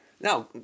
now